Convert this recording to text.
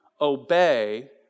obey